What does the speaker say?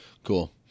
Cool